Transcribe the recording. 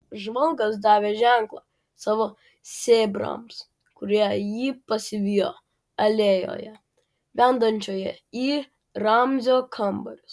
žvalgas davė ženklą savo sėbrams kurie jį pasivijo alėjoje vedančioje į ramzio kambarius